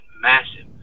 massive